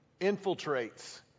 infiltrates